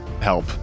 help